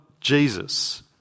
Jesus